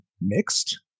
mixed